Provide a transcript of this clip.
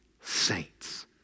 saints